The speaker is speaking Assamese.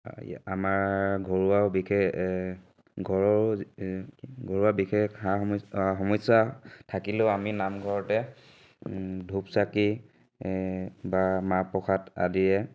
বাকী আমাৰ ঘৰুৱা বিশেষ ঘৰৰো ঘৰুৱা বিশেষ সা সমস্যা সমস্যা থাকিলেও আমি নামঘৰতে ধূপ চাকি বা মাহ প্ৰসাদ আদিৰে